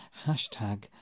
Hashtag